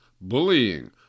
Bullying